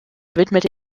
widmete